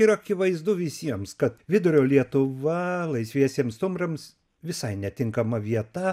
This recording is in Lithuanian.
ir akivaizdu visiems kad vidurio lietuva laisviesiems stumbrams visai netinkama vieta